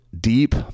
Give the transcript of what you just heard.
deep